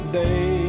day